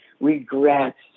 regrets